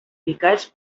picats